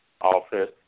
office